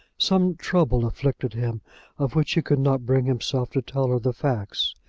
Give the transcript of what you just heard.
some trouble afflicted him of which he could not bring himself to tell her the facts,